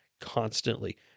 constantly